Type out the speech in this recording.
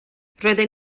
roedden